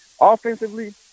Offensively